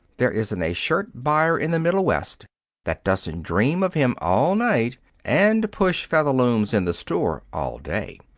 there isn't a skirt-buyer in the middle west that doesn't dream of him all night and push featherlooms in the store all day.